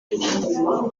impamvu